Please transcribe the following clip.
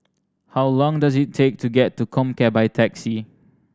how long does it take to get to Comcare by taxi